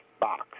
box